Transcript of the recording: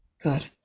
Good